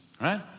right